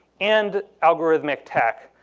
and algorithmic tech,